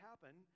happen